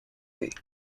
way